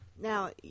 Now